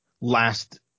last